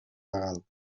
legal